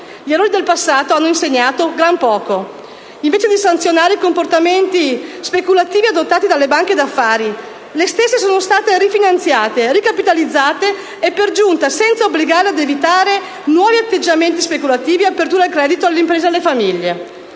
Gli errori del passato poco hanno insegnato: invece di sanzionare i comportanti speculativi adottati dalle banche d'affari, le stesse sono state rifinanziate e ricapitalizzate, e per giunta senza obbligarle ad evitare nuovi atteggiamenti speculativi e ad aperture al credito alle imprese e alle famiglie.